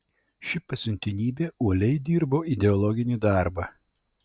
ši pasiuntinybė uoliai dirbo ideologinį darbą